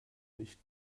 nicht